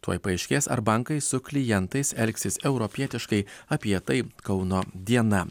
tuoj paaiškės ar bankai su klientais elgsis europietiškai apie tai kauno diena